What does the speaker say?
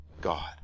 God